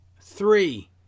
Three